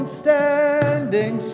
standing